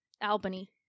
Albany